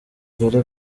dore